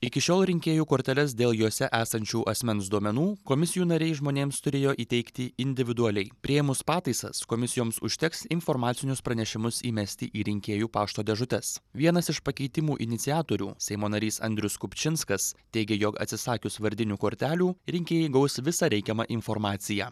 iki šiol rinkėjų korteles dėl jose esančių asmens duomenų komisijų nariai žmonėms turėjo įteikti individualiai priėmus pataisas komisijoms užteks informacinius pranešimus įmesti į rinkėjų pašto dėžutes vienas iš pakeitimų iniciatorių seimo narys andrius kupčinskas teigia jog atsisakius vardinių kortelių rinkėjai gaus visą reikiamą informaciją